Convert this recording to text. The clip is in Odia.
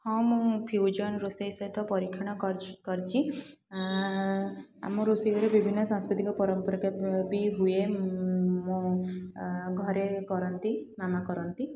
ହଁ ମୁଁ ଫିୟୁଜନ୍ ରୋଷେଇ ସହିତ ପରୀକ୍ଷଣ କରିଛି କରିଛି ଆମ ରୋଷେଇ ଘରେ ବିଭିନ୍ନ ସାଂସ୍କୃତିକ ପରମ୍ପରା ବି ହୁଏ ମୁଁ ଆଁ ଘରେ କରନ୍ତି ମାମା କରନ୍ତି